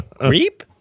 Reap